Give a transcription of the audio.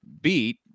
beat